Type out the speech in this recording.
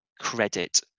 credit